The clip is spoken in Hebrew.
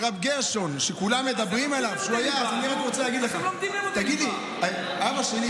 אני אגיד לך, הילדים שלי